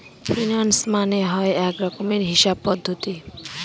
finance মানে হয় এক রকমের হিসাব করার পদ্ধতি